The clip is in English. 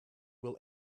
will